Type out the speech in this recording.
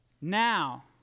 Now